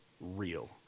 real